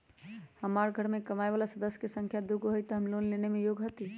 हमार घर मैं कमाए वाला सदस्य की संख्या दुगो हाई त हम लोन लेने में योग्य हती?